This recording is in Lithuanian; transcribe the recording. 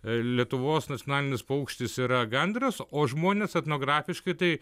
lietuvos nacionalinis paukštis yra gandras o žmonės etnografiškai tai